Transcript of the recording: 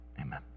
Amen